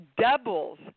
doubles